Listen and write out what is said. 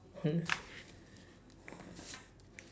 hmm